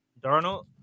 Darnold